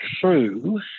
true